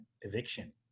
eviction